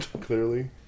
Clearly